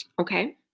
Okay